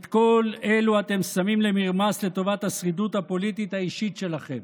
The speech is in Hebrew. את כל אלו אתם שמים למרמס לטובת השרידות הפוליטית האישית שלכם.